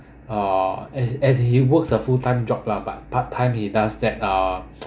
uh as as he works a full time job lah but part time he does that uh